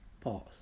Pause